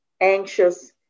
anxious